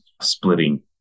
splitting